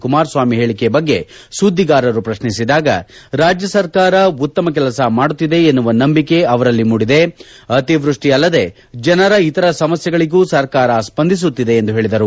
ಕುಮಾರಸ್ವಾಮಿ ಹೇಳಿಕೆ ಬಗ್ಗೆ ಸುದ್ದಿಗಾರರು ಪ್ರಶ್ನಿಸಿದಾಗ ರಾಜ್ಯ ಸರ್ಕಾರ ಉತ್ತಮ ಕೆಲಸ ಮಾಡುತ್ತಿದೆ ಎನ್ನುವ ನಂಬಿಕೆ ಅವರಲ್ಲಿ ಮೂಡಿದೆ ಅತಿವೃಷ್ಟಿ ಅಲ್ಲದೆ ಜನರ ಇತರ ಸಮಸ್ಕೆಗಳಿಗೂ ಸರ್ಕಾರ ಸ್ಪಂದಿಸುತ್ತಿದೆ ಎಂದು ಹೇಳಿದರು